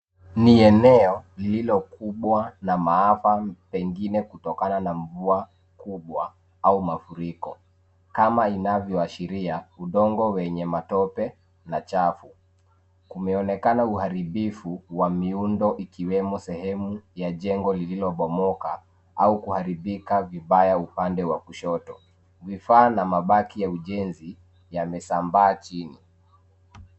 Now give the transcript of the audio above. Ni eneo, lililokumbwa na maafa pengine kutokana na mvua kubwa, au mafuriko. Kama inavyoashiria, udongo wenye matope na chafu. Kumeonekana uharibifu wa miundo ikiwemo sehemu ya jengo lililobomoka, au kuharibika vibaya upande wa kushoto. Vifaa na mabaki ya ujenzi, yamesambaa chini.